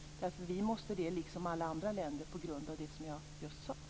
Vi måste ha det liksom alla andra länder på grund av det som jag just sade.